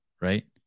Right